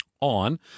on